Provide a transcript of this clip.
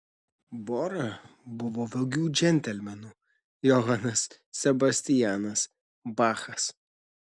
bora buvo vagių džentelmenų johanas sebastianas bachas